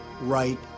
right